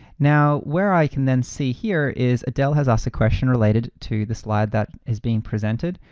now where i can then see here is adele has asked a question related to this slide that is being presented,